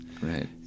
Right